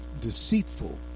deceitful